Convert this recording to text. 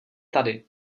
tady